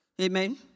Amen